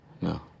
no